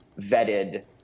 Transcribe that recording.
vetted